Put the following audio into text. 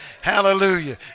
Hallelujah